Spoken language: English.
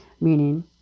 Meaning